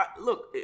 Look